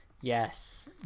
Yes